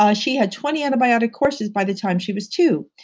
ah she had twenty antibiotic courses by the time she was two.